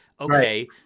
okay –